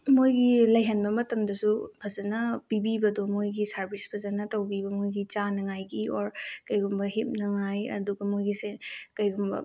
ꯃꯣꯏꯒꯤ ꯂꯩꯍꯟꯕ ꯃꯇꯝꯗꯁꯨ ꯐꯖꯅ ꯄꯤꯕꯤꯕꯗꯣ ꯃꯣꯏꯒꯤ ꯁꯥꯔꯚꯤꯁ ꯐꯖꯅ ꯇꯧꯕꯤꯕ ꯃꯣꯏꯒꯤ ꯆꯥꯅꯉꯥꯏꯒꯤ ꯑꯣꯔ ꯀꯩꯒꯨꯝꯕ ꯍꯤꯞꯅꯉꯥꯏ ꯑꯗꯨꯒ ꯃꯣꯏꯒꯤꯁꯦ ꯀꯩꯒꯨꯝꯕ